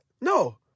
No